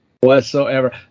whatsoever